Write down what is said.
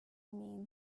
mean